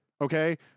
okay